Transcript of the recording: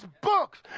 books